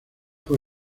fue